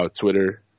Twitter